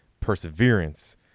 perseverance